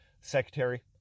Secretary